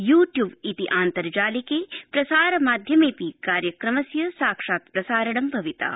you ्विब इति आन्तर्जालिके प्रसारमाध्यमेऽपि कार्यक्रमस्य साक्षात्प्रसारणं भविता